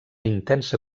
intensa